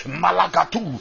malagatu